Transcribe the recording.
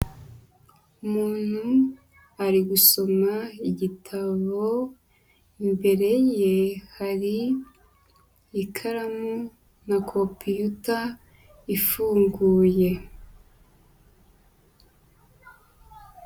Umuntu ari gusoma igitabo, imbere ye hari ikaramu na kompiyuta ifunguye.